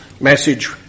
message